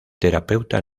terapeuta